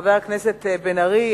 חבר הכנסת בן-ארי,